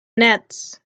nets